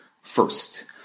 First